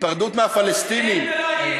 היפרדות מהפלסטינים, אין ולא יהיה.